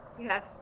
Yes